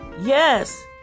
Yes